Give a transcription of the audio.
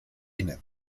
inne